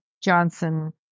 Johnson